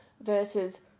Versus